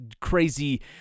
crazy